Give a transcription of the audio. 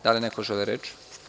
Da li neko želi reč?